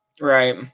Right